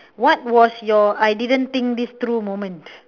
what was your I didn't think this through moment